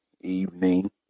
evening